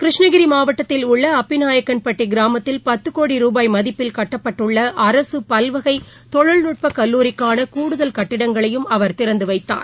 கிருஷ்ணகிரி மாவட்டத்தில் உள்ள அப்பிநாயக்கன்பட்டி கிராமத்தில் பத்து கோடி ரூபாய் மதிப்பில் கட்டப்பட்டுள்ள அரசு பல்வகை தொழில்நுட்ப கல்லூரிக்கான கூடுதல் கட்டிடங்களையும் அவர் திறந்து வைத்தார்